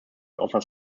offers